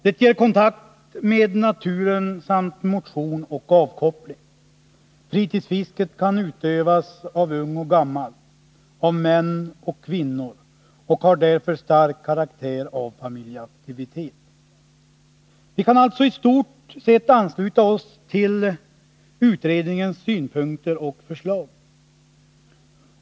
Det ger kontakt med naturen samt motion och avkoppling. Fritidsfisket kan utövas av ung och gammal, av män och kvinnor, och har därför stark karaktär av familjeaktivitet. Vi kan alltså i stort sett ansluta oss till utredningens synpunkter och förslag.